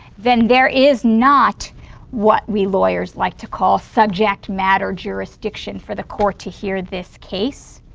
then there is not what we lawyers like to call subject-matter jurisdiction for the court to hear this case.